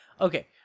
okay